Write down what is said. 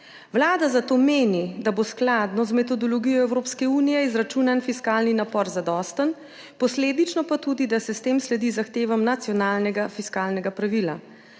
Vlada zato meni, da bo skladno z metodologijo Evropske unije izračunan fiskalni napor zadosten, posledično pa tudi, da se s tem sledi zahtevam nacionalnega fiskalnega pravila.